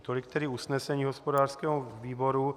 Tolik tedy usnesení hospodářského výboru.